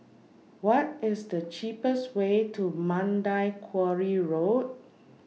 What IS The cheapest Way to Mandai Quarry Road